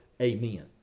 amen